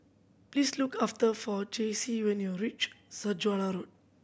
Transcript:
please look after Jaycie when you reach Saujana Road